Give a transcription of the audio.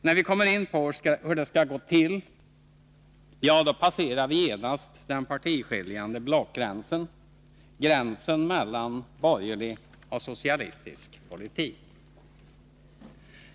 När vi kommer in på hur det skall gå till, ja, då passerar vi genast den partiskiljande blockgränsen, gränsen mellan borgerlig och socialistisk politik.